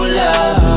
love